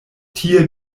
tie